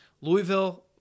Louisville